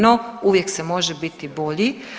No, uvijek se može biti bolji.